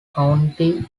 county